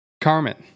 Carmen